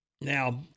Now